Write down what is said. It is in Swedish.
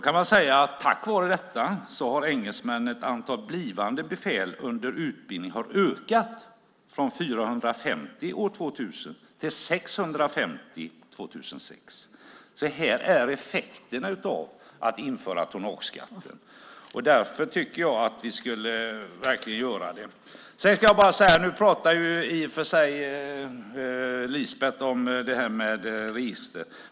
Man kan säga att tack vare detta har engelsmännen ett antal blivande befäl under utbildning som har ökat från 450 år 2000 till 650 år 2006. Här är effekterna av att införa tonnageskatten. Därför tycker jag verkligen att vi borde göra det. Lisbeth pratade om register.